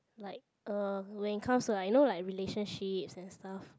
like uh when it comes to like you know like relationships and stuff